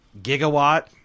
Gigawatt